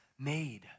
made